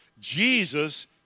Jesus